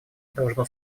должно